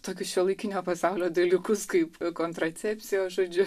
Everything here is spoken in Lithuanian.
tokius šiuolaikinio pasaulio dalykus kaip kontracepcijos žodžiu